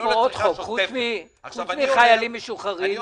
חוץ מחיילים משוחררים יש